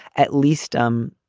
at least um